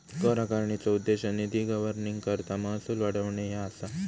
कर आकारणीचो उद्देश निधी गव्हर्निंगकरता महसूल वाढवणे ह्या असा